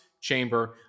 chamber